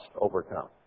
overcome